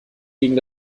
gegen